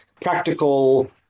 practical